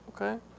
okay